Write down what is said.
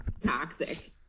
toxic